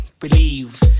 believe